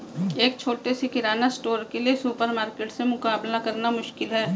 एक छोटे से किराना स्टोर के लिए सुपरमार्केट से मुकाबला करना मुश्किल है